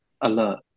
alert